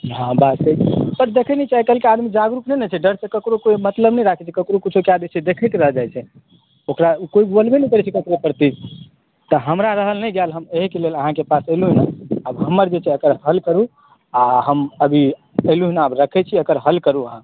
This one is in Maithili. हाँ बात सही छै सर देखै नहि छियै आइ काल्हि के आदमी जागरूक नहि ने छै डर सं कोइ मतलब नहि राखै छै केकरो किछो कय दै छै बेथूथ कय दै छै ओकरा कोइ बोलबे नहि करै छै ककरो प्रति तऽ हमरा रहल नहि गेल तऽ हम अही के लेल अहाँ के पास एलहुॅं हन हमर जे हल करू आ हम अयलहुॅं ने हम रखै छी अहाँ हल करू